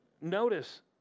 Notice